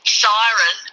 siren